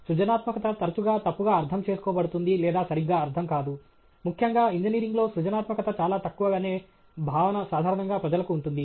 సృజనాత్మకత తరచుగా తప్పుగా అర్థం చేసుకోబడుతుంది లేదా సరిగ్గా అర్థం కాదు ముఖ్యంగా ఇంజనీరింగ్లో సృజనాత్మకత చాలా తక్కువ అనే భావన సాధారణంగా ప్రజలకు ఉంటుంది